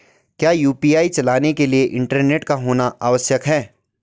क्या यु.पी.आई चलाने के लिए इंटरनेट का होना आवश्यक है?